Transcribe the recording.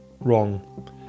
Wrong